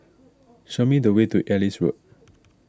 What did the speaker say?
show me the way to Ellis Road